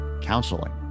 counseling